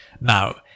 now